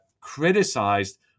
criticized